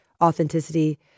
authenticity